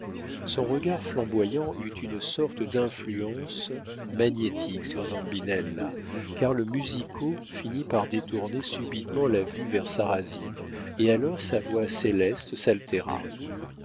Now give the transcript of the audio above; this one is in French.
son regard flamboyant eut une sorte d'influence magnétique sur zambinella car le musico finit par détourner subitement la vue vers sarrasine et alors sa voix céleste